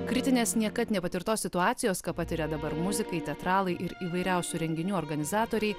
kritinės niekad nepatirtos situacijos ką patiria dabar muzikai teatralai ir įvairiausių renginių organizatoriai